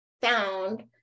found